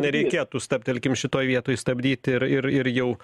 nereikėtų stabtelkim šitoj vietoj stabdyt ir ir ir jau